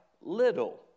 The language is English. little